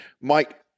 Mike